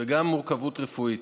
וגם על פי מורכבות רפואית.